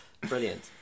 Brilliant